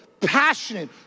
passionate